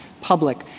public